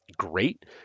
Great